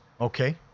Okay